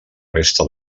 resta